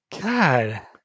God